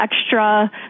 extra